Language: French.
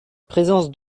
présence